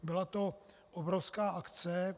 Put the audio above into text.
Byla to obrovská akce.